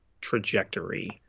trajectory